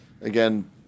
Again